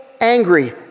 angry